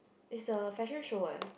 is a fashion show eh